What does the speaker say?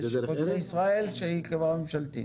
ויש חוצה ישראל שהיא חברה ממשלתית.